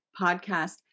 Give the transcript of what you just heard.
Podcast